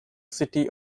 city